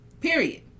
Period